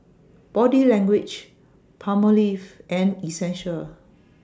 Body Language Palmolive and Essential